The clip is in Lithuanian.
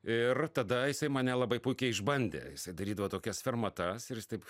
ir tada jisai mane labai puikiai išbandė darydavo tokias fermatas ir taip